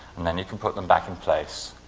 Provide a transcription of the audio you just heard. and then you can put them back in place.